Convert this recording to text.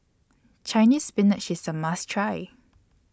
Chinese Spinach IS A must Try